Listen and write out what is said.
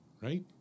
right